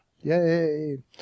Yay